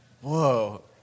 whoa